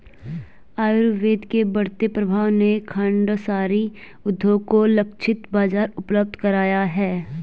आयुर्वेद के बढ़ते प्रभाव ने खांडसारी उद्योग को लक्षित बाजार उपलब्ध कराया है